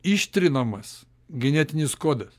ištrinamas genetinis kodas